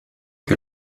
que